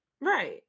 Right